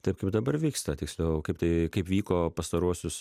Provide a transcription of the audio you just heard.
taip kaip dabar vyksta tiksliau kaip tai kaip vyko pastaruosius